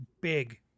big